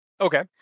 Okay